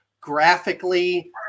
graphically